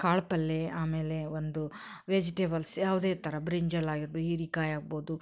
ಕಾಳು ಪಲ್ಯೆ ಆಮೇಲೆ ಒಂದು ವೆಜಿಟೇಬಲ್ಸ್ ಯಾವುದೇ ಥರ ಬ್ರಿಂಜಾಲ್ ಆಗಿರ್ಬೋದ್ ಹೀರಿಕಾಯಿ ಆಗ್ಬೋದು